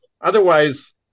Otherwise-